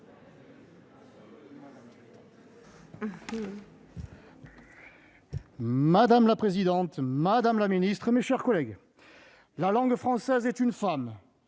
Madame la présidente, madame la secrétaire d'État, mes chers collègues, « la langue française est une femme.